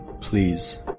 please